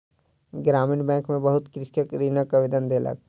ग्रामीण बैंक में बहुत कृषक ऋणक आवेदन देलक